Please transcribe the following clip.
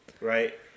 Right